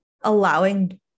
allowing